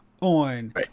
on